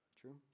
True